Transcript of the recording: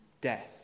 death